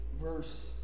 verse